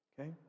Okay